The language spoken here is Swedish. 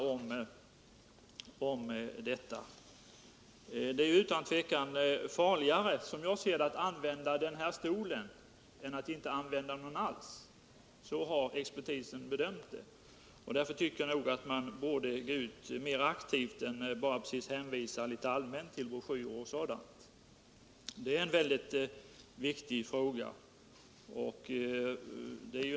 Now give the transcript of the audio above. Som jag ser det är det utan tvivel farligare att använda den här stolen än att inte använda någon alls. Så har också expertisen bedömt det. Därför borde man gå ut mera aktivt och inte bara allmänt hänvisa till broschyrer och sådant. Detta är en väldigt viktig fråga.